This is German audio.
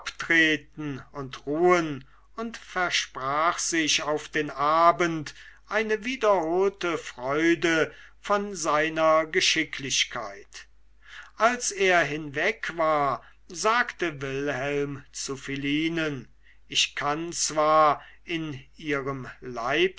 abtreten und ruhen und versprach sich auf den abend eine wiederholte freude von seiner geschicklichkeit als er hinweg war sagte wilhelm zu philinen ich kann zwar in ihrem